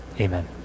Amen